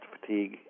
fatigue